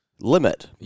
Limit